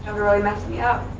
really messed me up.